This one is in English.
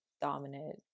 dominant